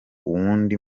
uwundi